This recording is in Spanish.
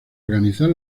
organizar